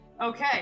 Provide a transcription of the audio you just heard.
Okay